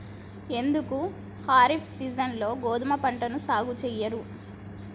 ఎందుకు ఖరీఫ్ సీజన్లో గోధుమ పంటను సాగు చెయ్యరు?